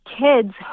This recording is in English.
kids